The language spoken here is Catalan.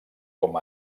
com